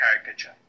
caricature